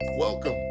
Welcome